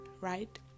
right